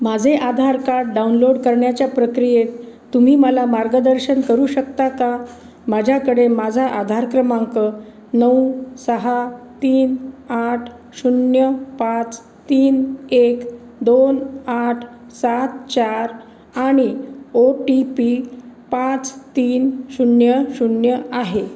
माझे Aadhaar card download करण्याच्या प्रक्रियेत तुम्ही मला मार्गदर्शन करू शकता का माझ्याकडे माझा आधार क्रमांक नऊ सहा तीन आठ शून्य पाच तीन एक दोन आठ सात चार आणि ओ टी पी पाच तीन शून्य शून्य आहे